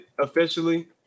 officially